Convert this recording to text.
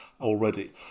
already